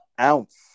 Ounce